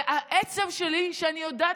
והעצב שלי הוא שאני יודעת,